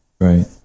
right